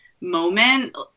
moment